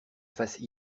face